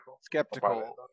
skeptical